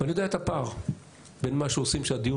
ואני יודע את הפער בין מה שעושים כשהדיון